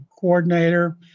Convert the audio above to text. coordinator